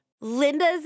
Linda's